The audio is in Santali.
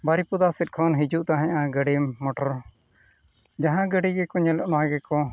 ᱵᱟᱹᱨᱤᱯᱟᱫᱟ ᱥᱮᱫ ᱠᱷᱚᱱ ᱦᱤᱡᱩᱜ ᱛᱟᱦᱮᱱᱟ ᱜᱟᱹᱰᱤ ᱢᱚᱴᱚᱨ ᱡᱟᱦᱟᱸ ᱜᱟᱹᱰᱤ ᱜᱮᱠᱚ ᱧᱮᱞᱮᱫ ᱚᱱᱟ ᱜᱮᱠᱚ